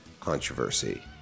controversy